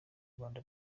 rwanda